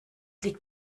liegt